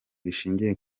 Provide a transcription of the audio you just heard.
rishingiye